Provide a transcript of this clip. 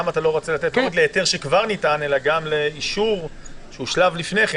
למה אתה לא רוצה לתת גם לאישור שהוא שלב לפני כן?